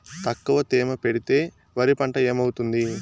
తక్కువ తేమ పెడితే వరి పంట ఏమవుతుంది